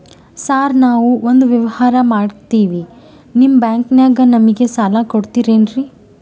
Sir ನಾವು ಒಂದು ವ್ಯವಹಾರ ಮಾಡಕ್ತಿವಿ ನಿಮ್ಮ ಬ್ಯಾಂಕನಾಗ ನಮಿಗೆ ಸಾಲ ಕೊಡ್ತಿರೇನ್ರಿ?